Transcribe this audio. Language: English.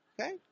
Okay